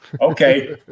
Okay